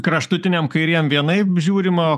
kraštutiniam kairiem vienaip žiūrima